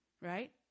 right